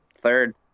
third